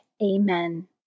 Amen